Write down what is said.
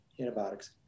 antibiotics